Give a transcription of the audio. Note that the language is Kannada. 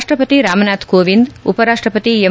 ರಾಷ್ಟ್ರಪತಿ ರಾಮನಾಥ್ ಕೋವಿಂದ್ ಉಪರಾಷ್ಟ್ರಪತಿ ಎಂ